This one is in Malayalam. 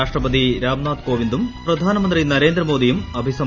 രാഷ്ട്രപതി രാംനാഥ് കോവിന്ദും പ്രധാനമന്ത്രി നരേന്ദ്ര മോദിയും അഭിസംബോധന ചെയ്യും